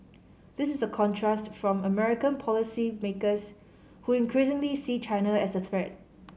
this is a contrast from American policymakers who increasingly see China as a threat